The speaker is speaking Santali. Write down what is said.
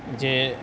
ᱡᱮ